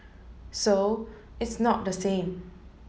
so it's not the same